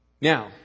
Now